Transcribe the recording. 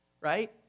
right